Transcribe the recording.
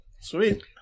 Sweet